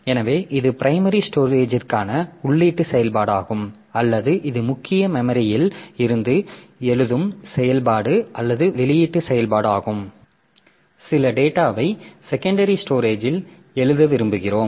எனவே இது பிரைமரி ஸ்டோரேஜிற்கான உள்ளீட்டு செயல்பாடாகும் அல்லது இது முக்கிய மெமரியில் இருந்து எழுதும் செயல்பாடு அல்லது வெளியீட்டு செயல்பாடாகும் சில டேட்டாவை செகண்டரி ஸ்டோரேஜில் எழுத விரும்புகிறோம்